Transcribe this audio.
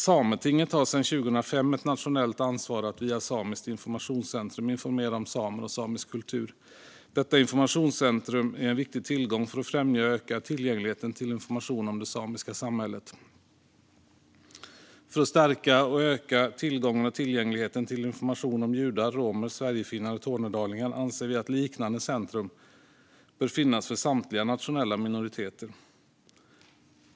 Sametinget har sedan 2005 ett nationellt ansvar att via Samiskt informationscentrum informera om samer och samisk kultur. Detta informationscentrum är en viktig tillgång för att främja och öka tillgängligheten till information om det samiska samhället. För att stärka och öka tillgången och tillgängligheten till information om judar, romer, sverigefinnar och tornedalingar anser vi att liknande centrum bör finnas för samtliga nationella minoriteter.